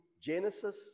Genesis